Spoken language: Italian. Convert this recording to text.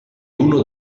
uno